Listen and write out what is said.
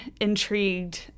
intrigued